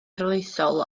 arloesol